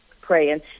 praying